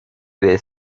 they